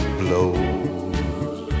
blows